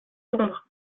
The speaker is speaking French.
sombre